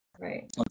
Right